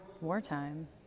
wartime